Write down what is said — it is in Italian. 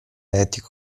etico